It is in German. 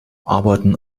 arbeiten